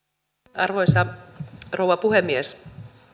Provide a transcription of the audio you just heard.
arvoisa rouva puhemies